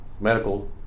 medical